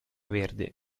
verde